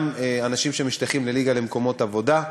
גם אנשים שמשתייכים לליגה למקומות עבודה.